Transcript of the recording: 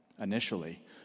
initially